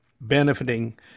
benefiting